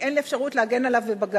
אין לי אפשרות להגן עליו בבג"ץ.